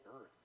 earth